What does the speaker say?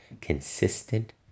consistent